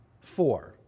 four